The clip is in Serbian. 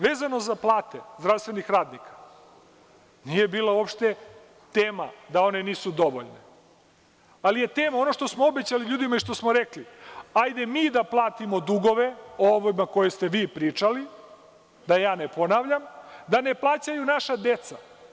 Vezano za plate zdravstvenih radnika, nije bila uopšte tema da one nisu dovoljne, ali je tema ono što smo obećali ljudima i što smo rekli – hajde mi da platimo dugove ovima o kojima ste vi pričali, da ja ne ponavljam, da ne plaćaju naša deca.